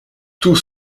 tous